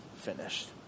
finished